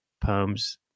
poems